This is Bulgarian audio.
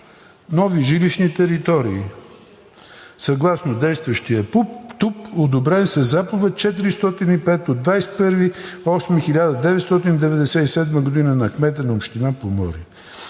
„нови жилищни територии“ съгласно действащия ТУП, одобрен със Заповед № 405 от 21.08.1997 г. на кмета на община Поморие.